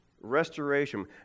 restoration